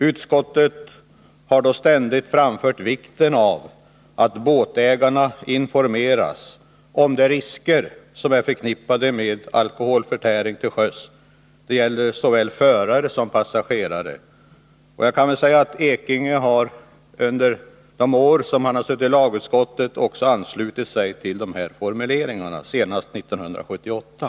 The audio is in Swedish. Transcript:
Utskottet har då ständigt framhållit vikten av att båtägarna informeras om de risker som är förknippade med alkoholförtäring till sjöss. De gäller för såväl förare som passagerare. Bernt Ekinge har under de år då han har suttit i lagutskottet anslutit sig till dessa formuleringar, senast 1978.